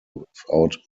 without